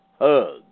hug